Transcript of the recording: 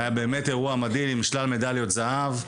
היה באמת אירוע מדהים עם שלל מדליות זהב.